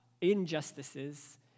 injustices